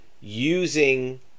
using